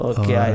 Okay